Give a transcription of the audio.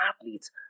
athletes